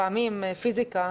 לפעמים בפיזיקה,